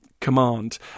command